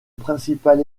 principal